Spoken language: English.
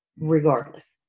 regardless